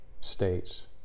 states